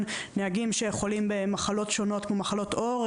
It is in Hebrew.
נהגים שחולים במחלות שונות כמו מחלות עור,